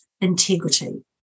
integrity